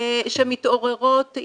שמתעוררות,